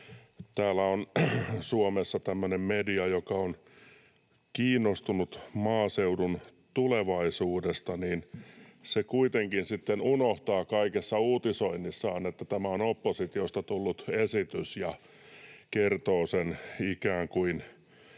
täällä on Suomessa tämmöinen media, joka on kiinnostunut maaseudun tulevaisuudesta, mutta kuitenkin sitten unohtaa kaikessa uutisoinnissaan, että tämä on oppositiosta tullut esitys, ja kertoo sen ikään kuin